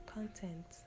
Content